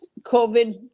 covid